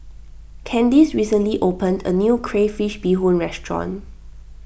Candice recently opened a new Crayfish BeeHoon restaurant